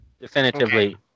definitively